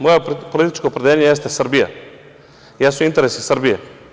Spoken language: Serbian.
Moje političko opredeljenje jeste Srbija, jesu interesi Srbije.